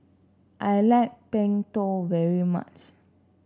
I like Png Tao very much